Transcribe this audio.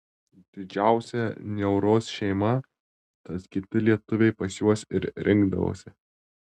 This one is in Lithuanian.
didžiausia niauros šeima tad kiti lietuviai pas juos ir rinkdavosi